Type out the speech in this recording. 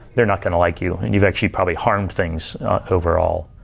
they're not going to like you. and you've actually probably harmed things overall.